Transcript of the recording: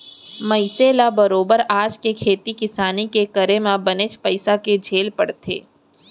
मनसे ल बरोबर आज के खेती किसानी के करे म बनेच पइसा के झेल परथे